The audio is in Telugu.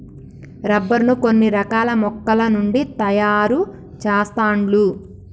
రబ్బర్ ను కొన్ని రకాల మొక్కల నుండి తాయారు చెస్తాండ్లు